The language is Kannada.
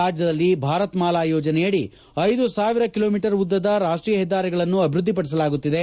ರಾಜ್ಯದಲ್ಲಿ ಭಾರತ್ ಮಾಲಾ ಯೋಜನೆಯಡಿ ಐದು ಸಾವಿರ ಕಿಲೋ ಮೀಟರ್ ಉದ್ದದ ರಾಷ್ಟೀಯ ಹೆದ್ದಾರಿಗಳನ್ನು ಅಭಿವೃದ್ಧಿಪಡಿಸಲಾಗುತ್ತಿದೆ